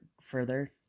further